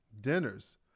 dinners